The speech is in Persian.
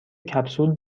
کپسول